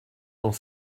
dans